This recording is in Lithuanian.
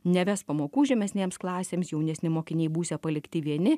neves pamokų žemesnėms klasėms jaunesni mokiniai būsią palikti vieni